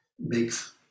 Makes